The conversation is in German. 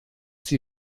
sie